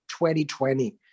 2020